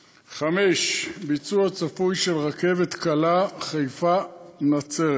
5. ביצוע צפוי של רכבת קלה חיפה נצרת,